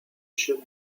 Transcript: chef